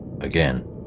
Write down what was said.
Again